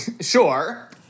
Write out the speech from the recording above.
Sure